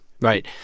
Right